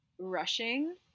rushing